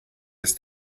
ist